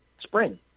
spring